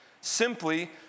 Simply